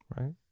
Right